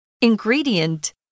ingredient